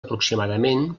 aproximadament